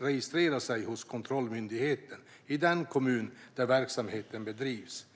registrera sig hos kontrollmyndigheten i den kommun där verksamheten bedrivs.